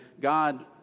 God